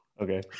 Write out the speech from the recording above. okay